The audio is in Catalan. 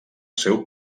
seu